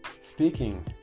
Speaking